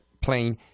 plane